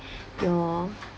your